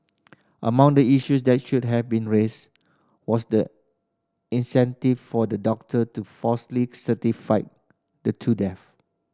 among the issues that should have been raised was the incentive for the doctor to falsely certify the two deaths